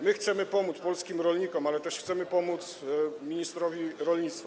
My chcemy pomóc polskim rolnikom, ale też chcemy pomóc ministrowi rolnictwa.